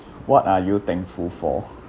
what are you thankful for